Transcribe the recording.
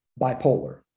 bipolar